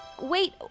Wait